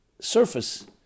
surface